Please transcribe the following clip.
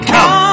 Come